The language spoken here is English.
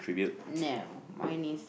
no mine is